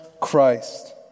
Christ